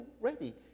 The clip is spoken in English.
ready